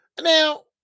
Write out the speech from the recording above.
Now